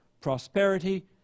prosperity